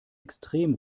extrem